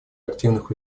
активных